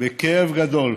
בכאב גדול,